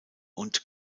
und